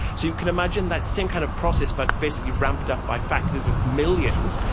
so you can imagine that same kind of process but basically ramped up by factors of millions,